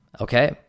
Okay